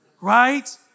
right